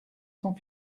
sont